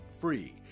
free